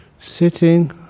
sitting